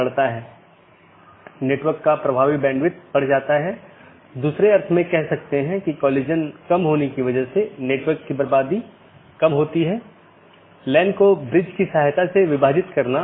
त्रुटि स्थितियों की सूचना एक BGP डिवाइस त्रुटि का निरीक्षण कर सकती है जो एक सहकर्मी से कनेक्शन को प्रभावित करने वाली त्रुटि स्थिति का निरीक्षण करती है